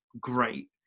great